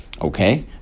Okay